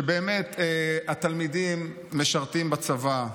שבאמת התלמידים משרתים בצבא,